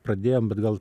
pradėjom bet gal